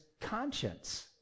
conscience